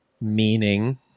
meaning